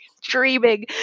dreaming